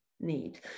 Need